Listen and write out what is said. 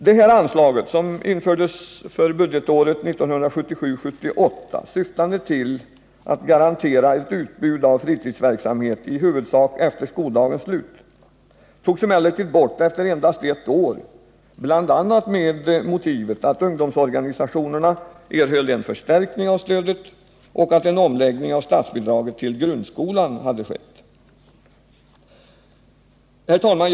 Detta anslag, som infördes under budgetåret 1977/78 och syftade till att garantera ett utbud av fritidsverksamhet i huvudsak efter skoldagens slut, togs emellertid bort efter endast ett år bl.a. med motivet att ungdomsorganisationerna erhöll en förstärkning av stödet och att en omläggning av statsbidraget till grundskolan hade skett. Herr talman!